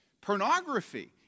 pornography